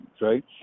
right